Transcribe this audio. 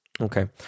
Okay